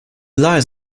lies